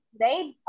right